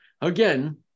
again